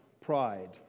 pride